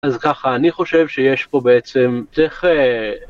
אז ככה, אני חושב שיש פה בעצם... צריך אה...